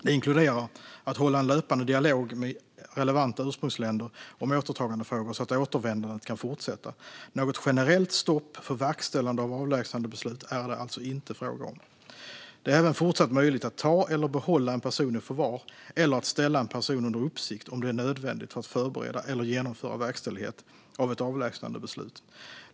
Det inkluderar att hålla en löpande dialog med relevanta ursprungsländer om återtagandefrågor så att återvändandet kan fortsätta. Något generellt stopp för verkställande av avlägsnandebeslut är det alltså inte fråga om. Det är även fortsatt möjligt att ta eller behålla en person i förvar eller att ställa en person under uppsikt om det är nödvändigt för att förbereda eller genomföra verkställighet av ett avlägsnandebeslut.